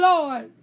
Lord